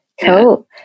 Cool